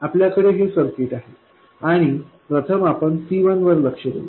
आपल्याकडे हे सर्किट आहे आणि प्रथम आपण C1 वर लक्ष देऊ